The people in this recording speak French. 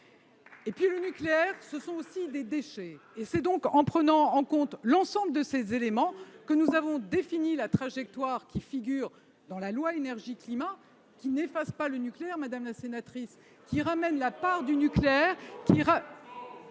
Et puis le nucléaire, ce sont aussi des déchets. C'est donc en prenant en compte l'ensemble de ces éléments que nous avons défini la trajectoire qui figure dans la loi Énergie-climat, qui n'efface pas le nucléaire, madame la sénatrice, mais qui ramène la part du nucléaire